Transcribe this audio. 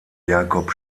jakob